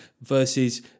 versus